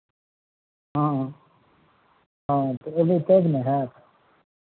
हँ हँ तऽ अयबै तब ने हैत